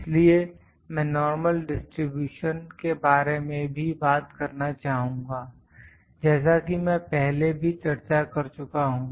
इसलिए मैं normal distribution के बारे में भी बात करना चाहूँगा जैसा कि मैं पहले भी चर्चा कर चुका हूं